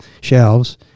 shelves